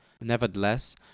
Nevertheless